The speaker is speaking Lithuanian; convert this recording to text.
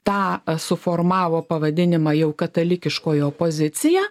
tą suformavo pavadinimą jau katalikiškoji opozicija